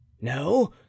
no